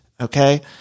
Okay